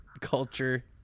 culture